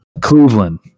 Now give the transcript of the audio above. Cleveland